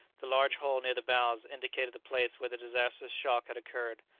the large hole near the bows indicated the place where the disastrous shock had occurred,